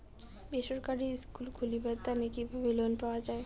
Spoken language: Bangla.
বেসরকারি স্কুল খুলিবার তানে কিভাবে লোন পাওয়া যায়?